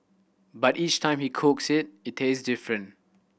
but each time he cooks it it taste different